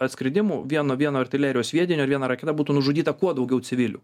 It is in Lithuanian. atskridimu vienu vienu artilerijos sviediniu ar viena raketa būtų nužudyta kuo daugiau civilių